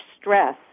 stress